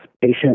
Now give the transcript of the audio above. patient